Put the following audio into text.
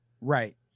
Right